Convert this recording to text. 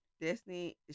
Disney